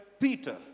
Peter